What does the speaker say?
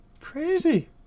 Crazy